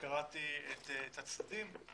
וקראתי את הצדדים.